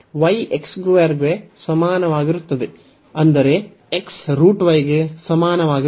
y x 2 ಗೆ ಸಮಾನವಾಗಿರುತ್ತದೆ ಅಂದರೆ x √y ಗೆ ಸಮಾನವಾಗಿರುತ್ತದೆ